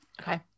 okay